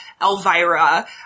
Elvira